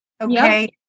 Okay